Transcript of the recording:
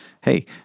hey